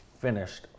finished